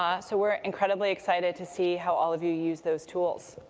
ah so we're incredibly excited to see how all of you use those tools.